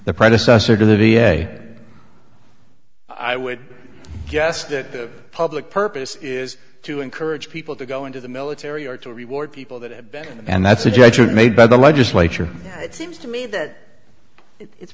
the predecessor to the v a i would guess that the public purpose is to encourage people to go into the military or to reward people that have been and that's a judgment made by the legislature it seems to me that it's